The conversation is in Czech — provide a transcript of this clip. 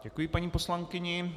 Děkuji paní poslankyni.